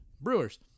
Brewers